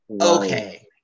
Okay